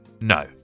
No